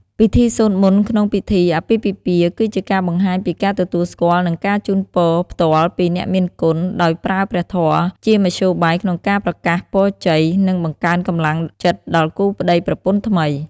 ពិធីសូត្រមន្តក្នុងពិធីអាពាហ៍ពិពាហ៍ គឺជាការបង្ហាញពីការទទួលស្គាល់ និងការជូនពរផ្ទាល់ពីអ្នកមានគុណ ដោយប្រើព្រះធម៌ជាមធ្យោបាយក្នុងការប្រកាសពរជ័យ និងបង្កើនកម្លាំងចិត្តដល់គូប្ដីប្រពន្ធថ្មី។